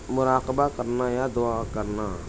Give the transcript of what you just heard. مراقبہ کرنا یا دعا کرنا